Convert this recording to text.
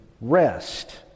rest